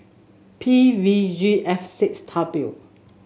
P V G F six W